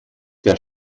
der